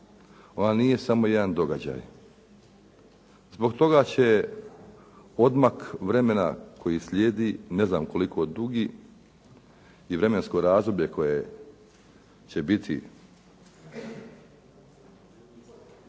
Ona nije samo jedan događaj. Zbog toga će odmak vremena koji slijedi, ne znam koliko dugi, i vremensko razdoblje koje će biti